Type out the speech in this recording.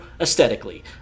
aesthetically